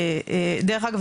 דרך אגב,